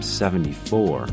74